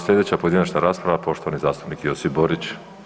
Slijedeća pojedinačna rasprava poštovani zastupnik Josip Borić.